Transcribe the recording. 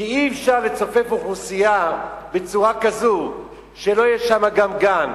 כי אי-אפשר לצופף אוכלוסייה בצורה כזו שלא יהיה שם גם גן.